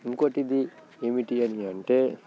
ఇంకోటి ఇది ఏమిటి అని అంటే